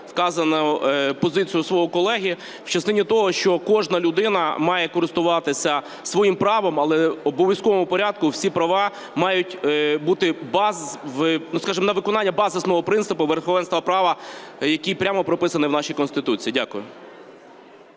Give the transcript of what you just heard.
вказану позицію свого колеги в частині того, що кожна людина має користуватися своїм правом, але в обов'язковому порядку всі права мають бути... скажімо, на виконання баз основ принципу верховенства права, який прямо прописаний в нашій Конституції. Дякую.